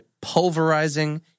pulverizing